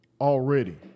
already